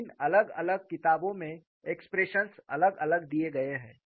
लेकिन अलग अलग किताबों में एक्सप्रेशंस अलग अलग दिए गए हैं